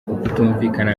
ukutumvikana